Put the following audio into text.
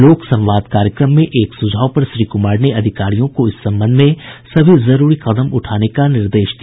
लोक संवाद कार्यक्रम में एक सुझाव पर श्री कुमार ने अधिकारियों को इस संबंध में सभी जरूरी कदम उठाने का निर्देश दिया